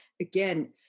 Again